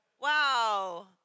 Wow